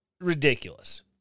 Ridiculous